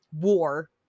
War